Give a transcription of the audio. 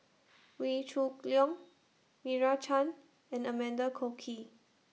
Wee Shoo Leong Meira Chand and Amanda Koe Key